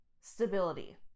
stability